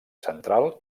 central